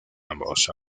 ambos